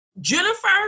Jennifer